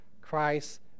Christ